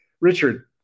Richard